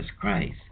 Christ